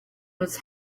was